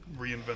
reinvent